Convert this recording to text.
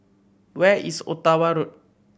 where is Ottawa Road